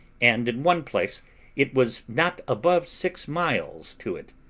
and in one place it was not above six miles to it.